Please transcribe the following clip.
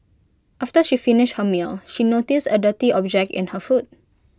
after she finished her meal she noticed A dirty object in her food